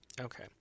Okay